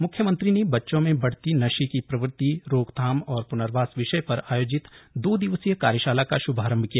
मुख्यमंत्री ने बच्चों में बढ़ती नशे की प्रवृत्ति रोकथाम और प्नर्वास विषय पर आयोजित दो दिवसीय कार्यशाला का शुभारम्भ किया